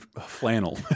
flannel